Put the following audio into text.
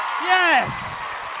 Yes